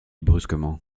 brusquement